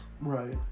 Right